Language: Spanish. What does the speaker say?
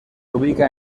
ubica